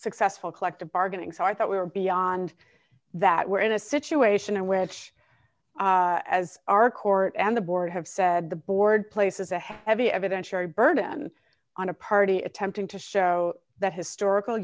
successful collective bargaining so i thought we were beyond that we're in a situation in which as our court and the board have said the board places a heavy evidentiary burden on a party attempting to show that historical